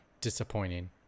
disappointing